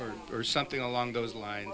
or something along those lines